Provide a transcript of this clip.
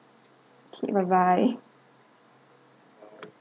okay bye bye